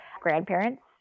grandparents